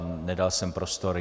Nedal jsem prostor.